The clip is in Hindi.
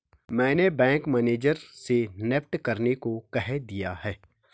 मैंने बैंक मैनेजर से नेफ्ट करने को कह दिया है